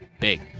big